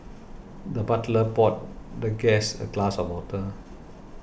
the butler poured the guest a glass of water